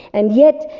and yet,